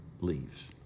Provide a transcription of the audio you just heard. leaves